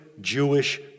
Jewish